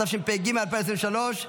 התשפ"ג 2023,